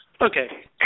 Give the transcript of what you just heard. Okay